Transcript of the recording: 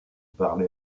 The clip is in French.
parlez